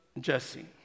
Jesse